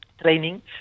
training